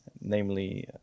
namely